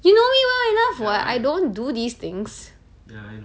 you know me well enough [what] I don't do these things